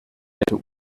hätten